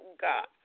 God